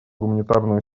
гуманитарную